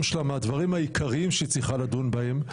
שלה מהדברים העיקריים שהיא צריכה לדון בהם,